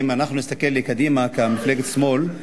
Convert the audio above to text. אם אנחנו נסתכל על קדימה כמפלגת שמאל,